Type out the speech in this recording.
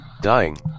Dying